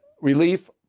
relief